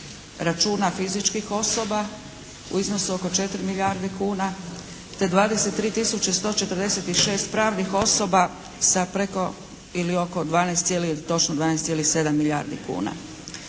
računa fizičkih osoba u iznosu oko 4 milijarde kuna, te 23 tisuće 146 pravnih osoba sa preko ili oko 12 ili točno